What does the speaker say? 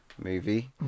movie